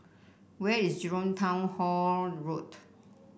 where is Jurong Town Hall Road